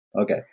Okay